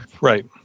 right